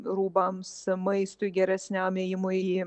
rūbams maistui geresniam įėjimui į